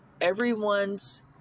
Everyone's